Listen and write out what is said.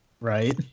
Right